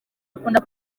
akunda